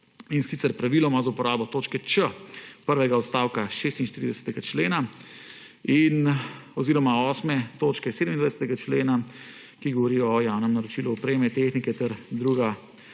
in sicer praviloma za uporabo točke č) prvega odstavka 46. člena oziroma 8. točke 27. člena, ki govori o javnem naročilu opreme, tehnike ter druga